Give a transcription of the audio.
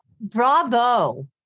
bravo